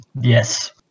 Yes